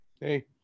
Hey